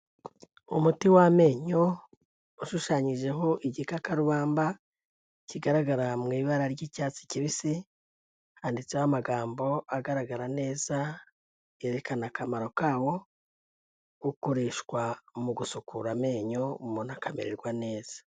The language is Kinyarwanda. Umuti w'amenyo ushushanyijeho igikakarubamba, kigaragara mu ibara ry'icyatsi kibisi, handitseho amagambo agaragara neza, yerekana akamaro kawo, ukoreshwa mu gusukura amenyo umuntu akamererwa neza.